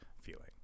feeling